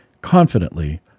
confidently